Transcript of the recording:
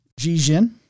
Jijin